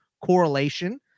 correlation